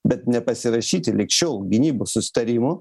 bet nepasirašyti lig šiol gynybos susitarimo